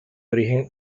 origen